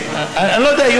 אני לא יודע,